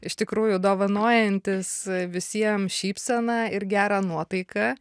iš tikrųjų dovanojantis visiem šypseną ir gerą nuotaiką